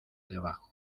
debajo